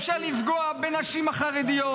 אפשר לפגוע בנשים החרדיות,